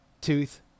tooth